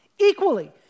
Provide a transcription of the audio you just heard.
equally